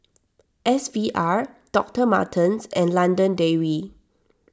S V R Doctor Martens and London Dairy